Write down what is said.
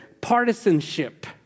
partisanship